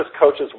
coaches